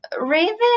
Raven